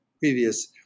previous